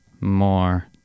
more